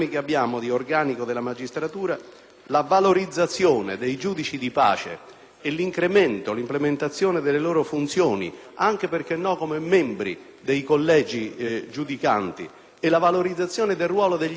la valorizzazione dei giudici di pace e l'incremento, l'implementazione delle loro funzioni, anche - perché no - come membri dei collegi giudicanti e la valorizzazione del ruolo degli esperti nei collegi